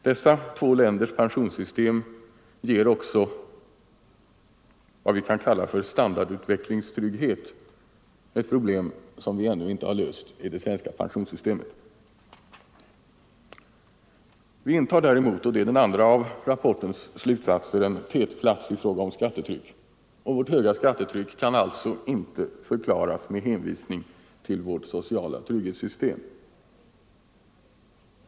De två förstnämnda ländernas pensionssystem ger också vad vi kan kalla standardutvecklingstrygghet, ett problem som vi ännu inte har löst i det svenska pensionssystemet. Vi intar däremot — och det är den andra av rapportens slutsatser — en tätplats i fråga om skattetryck, och vårt höga skattetryck kan således inte förklaras med hänvisning till vårt sociala trygghetssystem.